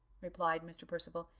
replied mr. percival,